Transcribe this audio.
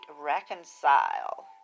reconcile